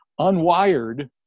unwired